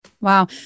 Wow